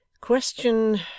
Question